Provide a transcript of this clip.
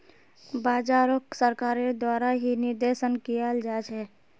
बाजारोक सरकारेर द्वारा ही निर्देशन कियाल जा छे